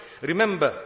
remember